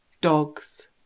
dogs